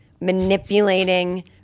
manipulating